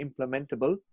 implementable